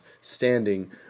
standing